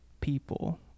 people